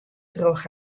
troch